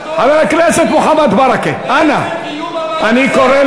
הכנסת מוחמד ברכה, זה לא מתאים לכבודו.